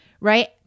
Right